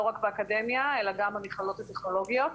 רק באקדמיה אלא גם במכללות הטכנולוגיות.